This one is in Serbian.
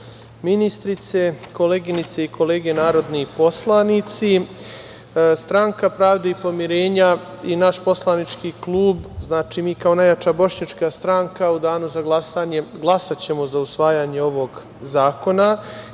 ministrice, koleginice i kolege narodi poslanici, Stranka pravde i pomirenja i naš poslanički klub, znači, mi kao najjača bošnjačka stranka u danu za glasanje glasaćemo za usvajanje ovog zakona. Jedan